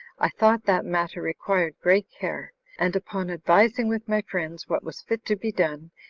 i thought that matter required great care and upon advising with my friends what was fit to be done,